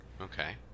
Okay